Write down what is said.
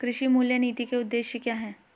कृषि मूल्य नीति के उद्देश्य क्या है?